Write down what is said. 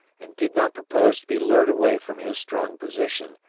and did not propose to be lured away from his strong position,